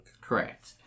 correct